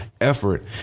effort